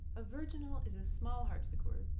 a virginal is a small harpsichord,